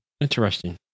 Interesting